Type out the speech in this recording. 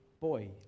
boy